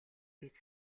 гэж